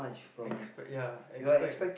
expect ya expect